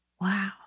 Wow